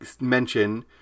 mention